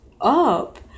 up